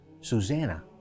Susanna